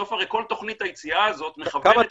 בסוף הרי כל תוכנית היציאה הזאת מכוונת